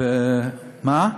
אז למה העובדים,